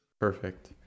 Perfect